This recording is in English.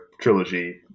trilogy